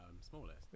smallest